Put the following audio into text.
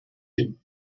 you